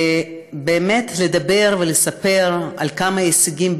ובאמת לדבר ולספר על כמה הישגים,